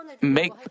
make